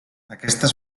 aquestes